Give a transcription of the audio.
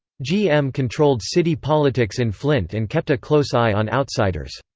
gm controlled city politics in flint and kept a close eye on outsiders.